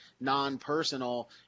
non-personal